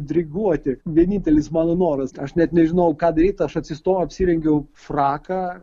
diriguoti vienintelis mano noras aš net nežinojau ką daryt aš atsistojau apsirengiau fraką